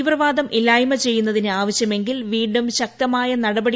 തീവ്രവാദം ഇല്ലായ്മ ചെയ്യുന്നതിന് ആവശ്യമെങ്കിൽ വീണ്ടും ശക്തമായ നടപടി